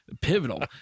pivotal